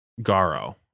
garo